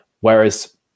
whereas